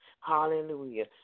Hallelujah